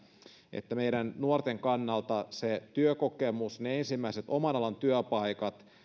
että meidän nuorten kannalta työkokemus ne ensimmäiset oman alan työpaikat